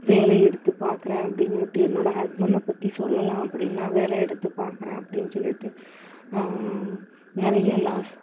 வேலை எடுத்து பார்க்குறேன் அப்படின்னு சொல்லிவிட்டு என்னோடய ஹஸ்பண்ட்டை பற்றி சொல்லலாம் அப்படின்னா வேலையை எடுத்து பார்க்கறேன் அப்படின்னு சொல்லிகிட்டு நிறைய லாஸ்